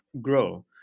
grow